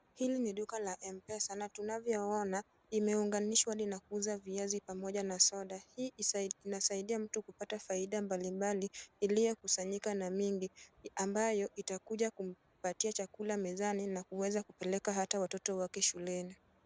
Hili ni duka la Mpesa, na tunavyoona, limeunganishwa hadi na kuuza viazi, pamoja na soda. Hii inasaidia mtu kupata faida mbalimbali, iliyokusanika na mingi, ambayo itakuja kumpatia chakula mezani, na hata kupeleka watoto wake shuleni.